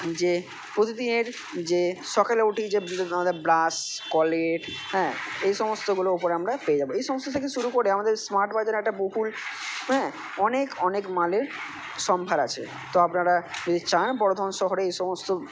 যে প্রতিদিনের যে সকালে উঠেই যে আমাদের ব্রাশ কলগেট হ্যাঁ এই সমস্তগুলো ওপরে আমরা পেয়ে যাবো এই সমস্ত থেকে শুরু করে আমরা আমাদের স্মার্ট বাজারে একটা বহুল হ্যাঁ অনেক অনেক মালের সম্ভার আছে তো আপনারা যদি চান বর্ধমান শহরে এ সমস্ত